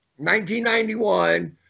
1991